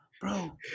bro